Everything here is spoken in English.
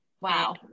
Wow